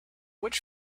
which